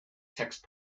text